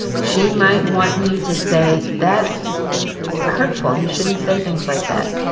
she might want you to say, that's hurtful. you shouldn't say things like that.